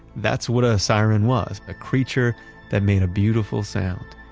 that's what a a siren was, a creature that made a beautiful sound